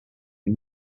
you